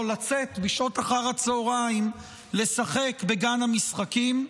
לצאת בשעות אחר הצוהריים לשחק בגן המשחקים,